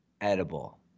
edible